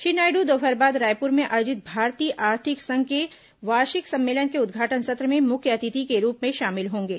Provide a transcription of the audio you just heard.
श्री नायडू दोपहर बाद रायपुर में आयोजित भारतीय आर्थिक संघ के वार्षिक सम्मेलन के उद्घाटन सत्र में मुख्य अतिथि के रूप में शामिल होंगे